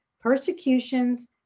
persecutions